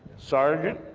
sergeant,